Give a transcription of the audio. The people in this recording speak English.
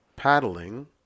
paddling